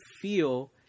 feel